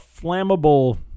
flammable